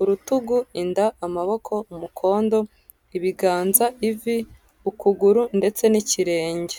urutugu, inda, amaboko, umukondo, ibiganza, ivi, ukuguru ndetse n'ikirenge.